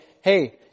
Hey